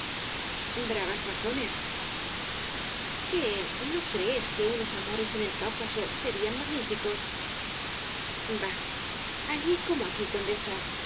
bravas razones qué no crees que unos amores en el cáucaso serían magníficos bah allí como aquí condesa tan